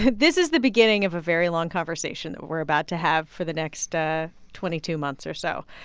but this is the beginning of a very long conversation that we're about to have for the next ah twenty two months or so.